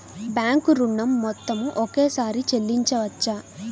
Bank ఋణం మొత్తము ఒకేసారి చెల్లించవచ్చా?